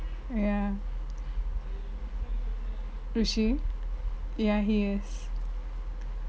ya rishi ya he is